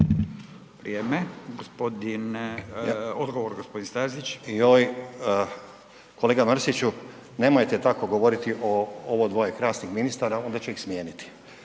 Vrijeme. Gospodin Stazić, odgovor. **Stazić, Nenad (SDP)** Joj kolega Mrsiću nemojte tako govoriti o ovo dvoje krasnih ministara onda će ih smijeniti.